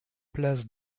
place